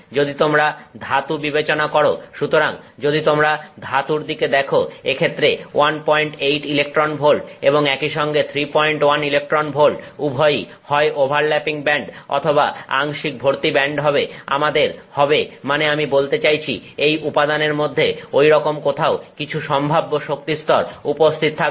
যদি তোমরা ধাতু বিবেচনা করো সুতরাং যদি তোমরা ধাতুর দিকে দেখো এক্ষেত্রে 18 ইলেকট্রন ভোল্ট এবং একইসঙ্গে 31 ইলেকট্রন ভোল্ট উভয়ই হয় ওভারল্যাপিং ব্যান্ড অথবা আংশিক ভর্তি ব্যান্ড হবে আমাদের হবে মানে আমি বলতে চাইছি এই উপাদানের মধ্যে ঐরকম কোথাও কিছু সম্ভাব্য শক্তিস্তর উপস্থিত থাকবে